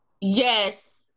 Yes